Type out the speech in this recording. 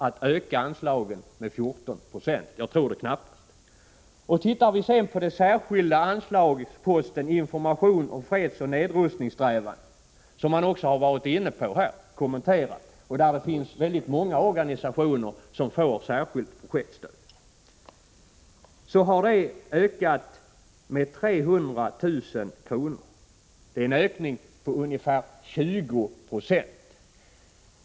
Många talare har här varit inne på och kommenterat den särskilda anslagsposten Information om fredsoch nedrustningssträvanden, varifrån väldigt många organisationer får särskilt projektstöd. Tittar vi närmare på detta anslag finner vi att det ökat med 300 000 kr., en ökning med ungefär 20 70.